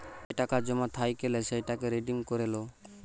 যে টাকা জমা থাইকলে সেটাকে রিডিম করে লো